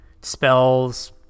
spells